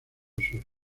sus